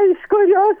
iš kurios